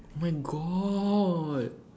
oh my god